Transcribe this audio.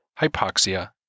hypoxia